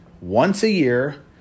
once-a-year